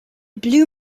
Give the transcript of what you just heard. blew